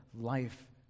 life